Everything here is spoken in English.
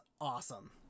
awesome